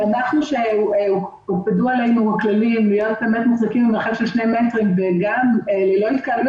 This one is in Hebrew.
עלינו הוטלו בקפידה כללים להיות במרחק של 2 מטרים ולא להתקהל,